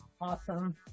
Awesome